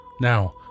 Now